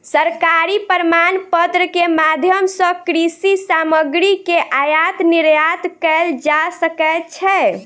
सरकारी प्रमाणपत्र के माध्यम सॅ कृषि सामग्री के आयात निर्यात कयल जा सकै छै